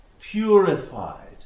purified